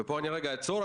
פה אני רגע אעצור.